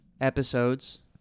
episodes